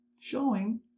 showing